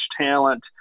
talent